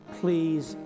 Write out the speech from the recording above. please